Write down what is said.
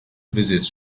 visits